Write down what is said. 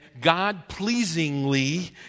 God-pleasingly